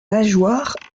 nageoires